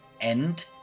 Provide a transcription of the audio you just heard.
end